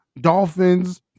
Dolphins